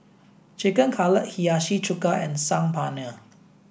Chicken Cutlet Hiyashi chuka and Saag Paneer